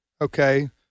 okay